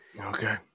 Okay